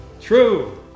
True